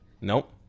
Nope